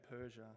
Persia